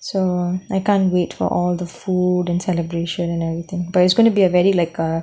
so I can't wait for all the food and celebration and everything but it's going to be a very like a